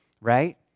right